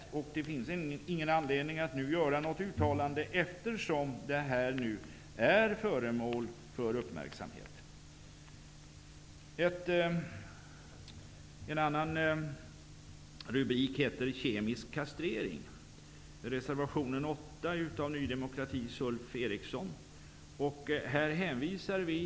Det finns därför inte någon anledning att nu göra något uttalande, eftersom detta är föremål för uppmärksamhet. I reservation 8 av Ny demokratis Ulf Eriksson tas kemisk kastrering upp.